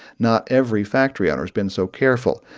not every factory owner has been so careful.